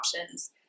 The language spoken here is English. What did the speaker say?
options